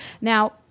Now